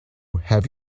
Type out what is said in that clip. have